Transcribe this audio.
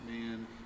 man